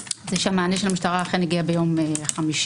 שהמענה של המשטרה אכן הגיע ביום חמישי